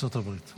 ארצות הברית.